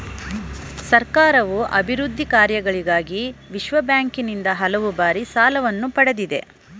ಸರ್ಕಾರವು ಅಭಿವೃದ್ಧಿ ಕಾರ್ಯಗಳಿಗಾಗಿ ವಿಶ್ವಬ್ಯಾಂಕಿನಿಂದ ಹಲವು ಬಾರಿ ಸಾಲವನ್ನು ಪಡೆದಿದೆ